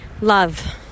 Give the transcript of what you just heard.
love